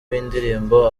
w’indirimbo